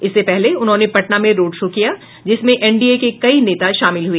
इससे पहले उन्होंने पटना में रोड शो किया जिसमें एनडीए के कई नेता शामिल हुए